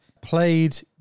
played